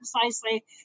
precisely